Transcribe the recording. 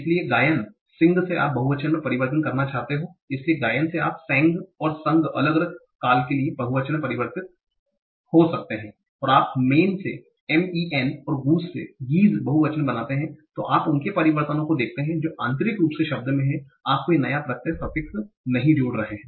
इसलिए गायन से आप बहुवचन में परिवर्तित करना चाहते हो इसलिए गायन से आप सेंग और संग अलग अलग काल के लिए बहुवचन में परिवर्तित हो सकते हैं और आप मेन से m e n और गूस से गीस बहुवचन पाते हैं तो आप उनके परिवर्तनों को देखते हैं जो आंतरिक रूप से शब्द में हैं आप कोई नया प्रत्यय नहीं जोड़ रहे हैं